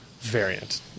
variant